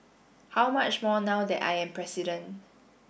how much more now that I am president